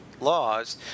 laws